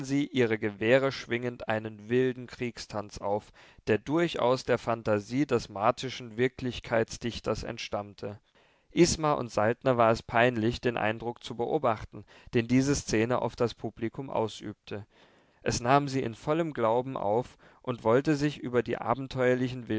ihre gewehre schwingend einen wilden kriegstanz auf der durchaus der phantasie des martischen wirklichkeitsdichters entstammte isma und saltner war es peinlich den eindruck zu beobachten den diese szene auf das publikum ausübte es nahm sie in vollem glauben auf und wollte sich über die abenteuerlichen